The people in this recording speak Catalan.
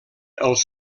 els